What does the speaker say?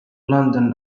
london